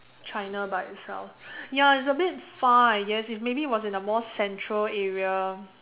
China by itself ya it's a bit far I guess if maybe if it was in a more central area